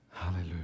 Hallelujah